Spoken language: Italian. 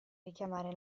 richiamare